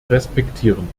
respektieren